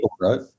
right